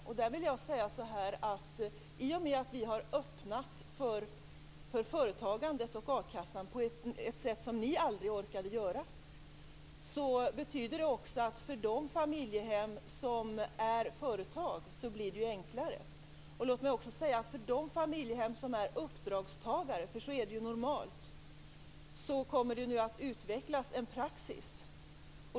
Jag vill säga att i och med att vi har öppnat för företagandet och a-kassan på ett sätt som ni aldrig orkade göra, blir det också enklare för de familjehem som är företag. Låt mig också säga att för de familjehem som är uppdragstagare - så är det ju normalt - kommer det nu att utvecklas en praxis.